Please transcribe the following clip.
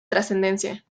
trascendencia